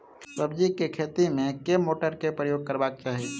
सब्जी केँ खेती मे केँ मोटर केँ प्रयोग करबाक चाहि?